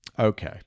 Okay